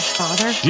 father